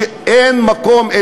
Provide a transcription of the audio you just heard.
שאין מקום,